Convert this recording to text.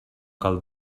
cal